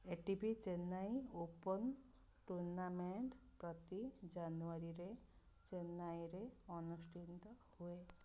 ଏ T P Chennai open tournament ପ୍ରତି ଜାନୁଆରୀରେ ଚେନ୍ନାଇରେ ଅନୁଷ୍ଠିତ ହୁଏ